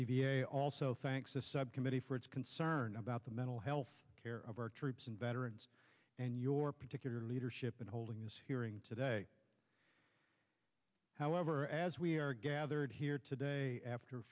a also thanks a subcommittee for its concern about the mental health care of our troops and veterans and your particular leadership in holding this hearing today however as we are gathered here today after